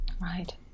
Right